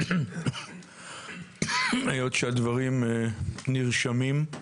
היות שהדברים נרשמים,